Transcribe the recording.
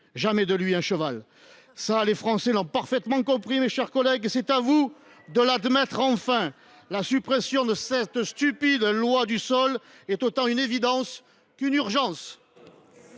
abject ! Cela, les Français l’ont parfaitement compris, mes chers collègues. C’est à vous de l’admettre enfin : la suppression de cette stupide loi du sol est autant une évidence qu’une urgence